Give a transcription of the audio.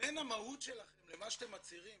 בין המהות שלכם למה שאתם מצהירים